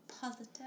Positive